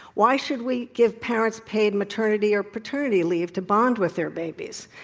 why should we give parents paid maternity or paternity leave to bond with their babies?